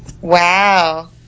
Wow